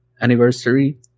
anniversary